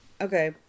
Okay